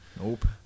Nope